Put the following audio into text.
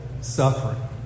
suffering